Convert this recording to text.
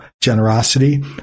generosity